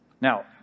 Now